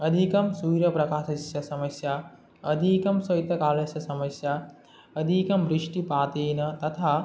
अधिकं सूर्यप्रकाशस्य समस्या अधिकं शैत्यकालस्य समस्या अधिकं वृष्टिपातेन तथा